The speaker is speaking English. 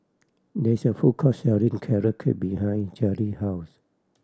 there is a food court selling Carrot Cake behind Jaylee house